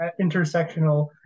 intersectional